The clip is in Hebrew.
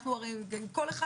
כל אחד,